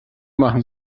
machen